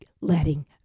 letting